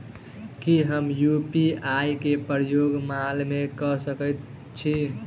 की हम यु.पी.आई केँ प्रयोग माल मै कऽ सकैत छी?